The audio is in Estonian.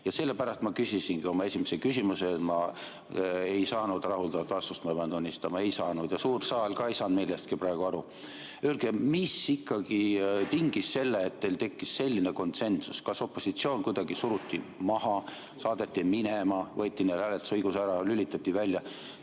Ja sellepärast ma küsisingi oma esimese küsimuse. Aga ma ei saanud rahuldavat vastust, ma pean tunnistama. Ei saanud. Suur saal ka ei saanud millestki praegu aru. Öelge, mis ikkagi tingis selle, et teil tekkis selline konsensus. Kas opositsioon kuidagi suruti maha, saadeti minema, võeti neilt hääletusõigus ära või lülitati välja?